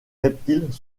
reptiles